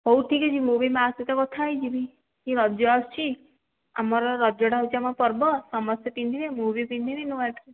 ହଉ ଠିକ୍ ଅଛି ମୁଁ ବି ମା' ସହିତ କଥା ହୋଇଯିବି କି ରଜ ଆସୁଛି ଆମର ରଜଟା ହେଉଛି ଆମ ପର୍ବ ସମସ୍ତେ ପିନ୍ଧିବେ ମୁଁ ବି ପିନ୍ଧିବି ନୂଆ ଡ୍ରେସ୍